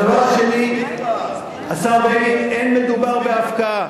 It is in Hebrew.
הדבר השני, השר בגין, אין מדובר בהפקעה.